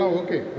okay